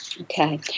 Okay